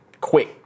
quick